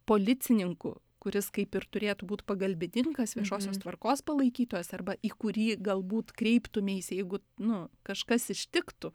policininku kuris kaip ir turėtų būt pagalbininkas viešosios tvarkos palaikytojas arba į kurį galbūt kreiptumeisi jeigu nu kažkas ištiktų